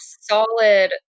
solid